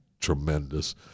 tremendous